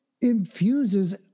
infuses